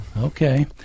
Okay